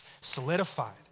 solidified